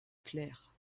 clair